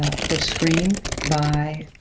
of course, screened by